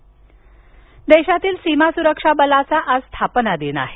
सीमा सुरक्षा दल देशातील सीमा सुरक्षा बलाचा आज स्थापनादिन आहे